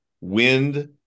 wind